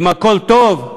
אם הכול טוב,